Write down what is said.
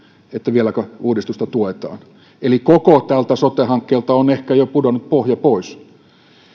vieläkö uudistusta tuetaan eli koko tältä sote hankkeelta on ehkä jo pudonnut pohja pois